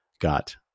got